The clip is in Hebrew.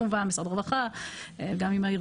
משרד הרווחה והארגונים,